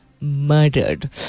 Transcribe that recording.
murdered